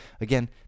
again